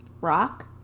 rock